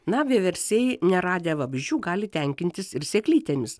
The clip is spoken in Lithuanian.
na vieversiai neradę vabzdžių gali tenkintis ir sėklytėmis